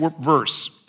verse